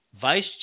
vice